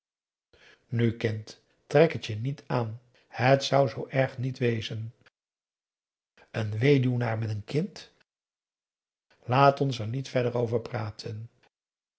trek het je niet aan het zou zoo erg niet wezen een weduwnaar met n kind laat ons er niet verder over praten